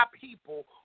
people